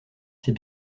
c’est